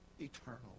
eternal